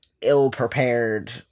ill-prepared